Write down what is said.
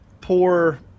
poor